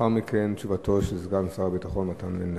לאחר מכן תשובתו של סגן שר הביטחון מתן וילנאי.